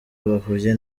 bahuye